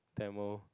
Tamil